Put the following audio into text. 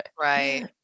right